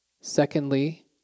Secondly